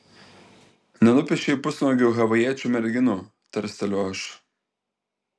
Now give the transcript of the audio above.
nenupiešei pusnuogių havajiečių merginų tarsteliu aš